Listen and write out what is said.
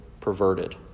perverted